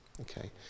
Okay